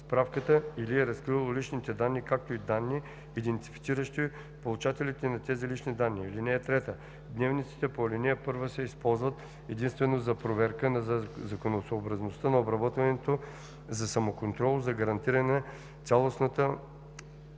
справката или е разкрило личните данни, както и данни, идентифициращи получателите на тези лични данни. (3) Дневниците по ал. 1 се използват единствено за проверка на законосъобразността на обработването, за самоконтрол, за гарантиране на целостността